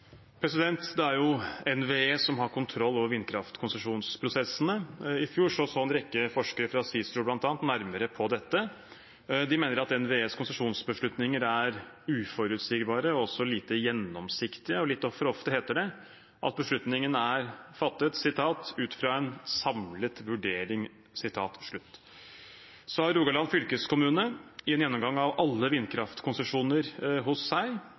Det blir oppfølgingsspørsmål – først Bjørnar Moxnes. Det er jo NVE som har kontroll over vindkraftkonsesjonsprosessene. I fjor så en rekke forskere fra CICERO bl.a. nærmere på dette. De mener at NVEs konsesjonsbeslutninger er uforutsigbare og også lite gjennomsiktige, og at det litt for ofte heter at beslutningen er fattet «ut fra en samlet vurdering». Rogaland fylkeskommune har i en gjennomgang av alle vindkraftkonsesjoner hos